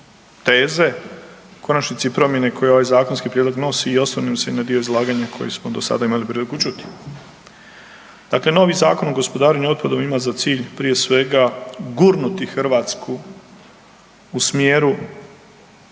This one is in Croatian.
teze, u konačnici i promjene koje ovaj zakonski prijedlog nosi i osvrnem se i na dio izlaganja koji smo do sada imali priliku čuti. Dakle, novi Zakon o gospodarenju otpadom ima za cilj prije svega gurnuti Hrvatsku u smjeru